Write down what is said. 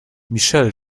michelle